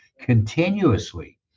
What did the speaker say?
continuously